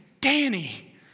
Danny